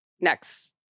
next